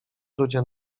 ludzie